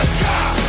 top